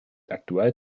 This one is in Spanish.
actual